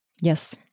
Yes